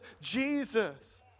Jesus